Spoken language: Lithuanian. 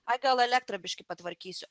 ai gal elektrą biškį patvarkysiu